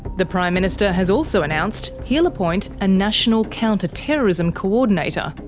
the prime minister has also announced he'll appoint a national counter-terrorism coordinator,